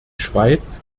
schweiz